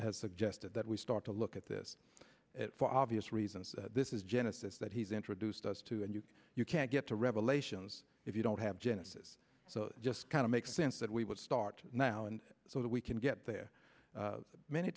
has suggested that we start to look at this for obvious reasons this is genesis that he's introduced us to and you can you can't get to revelations if you don't have genesis so just kind of makes sense that we would start now and so that we can get there many